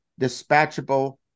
dispatchable